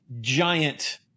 giant